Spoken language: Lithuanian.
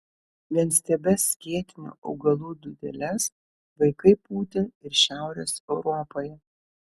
vienstiebes skėtinių augalų dūdeles vaikai pūtė ir šiaurės europoje